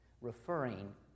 referring